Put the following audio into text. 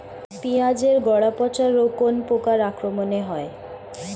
পিঁয়াজ এর গড়া পচা রোগ কোন পোকার আক্রমনে হয়?